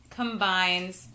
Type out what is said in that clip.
combines